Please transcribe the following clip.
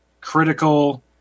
critical